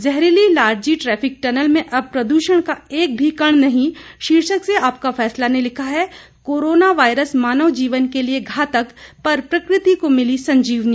जहरीली Larji traffic tunnel में अब प्रद्षण का एक भी कण नहीं शीर्षक से आपका फैसला ने लिखा है कोरोना वायरस मानव जीवन के लिये घातक पर प्रकृति को मिली संजीवनी